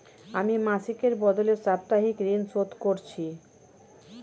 আমি মাসিকের বদলে সাপ্তাহিক ঋন শোধ করছি